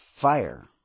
fire